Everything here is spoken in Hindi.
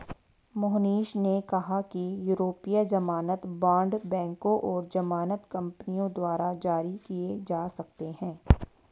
मोहनीश ने कहा कि यूरोपीय ज़मानत बॉण्ड बैंकों और ज़मानत कंपनियों द्वारा जारी किए जा सकते हैं